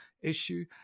issue